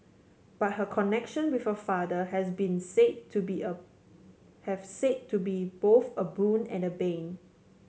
but her connection with her father has been said to be a have said to be both a boon and a bane